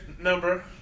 number